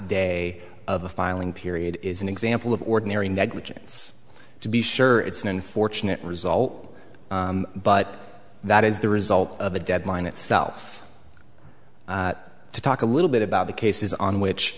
day of the filing period is an example of ordinary negligence to be sure it's an unfortunate result but that is the result of a deadline itself to talk a little bit about the cases on which